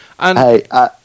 Hey